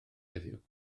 heddiw